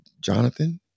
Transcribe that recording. jonathan